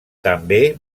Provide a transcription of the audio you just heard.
també